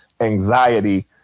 anxiety